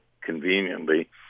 conveniently